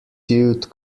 suit